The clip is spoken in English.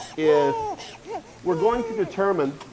is we're going to determine